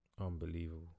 Unbelievable